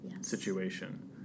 situation